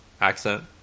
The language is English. accent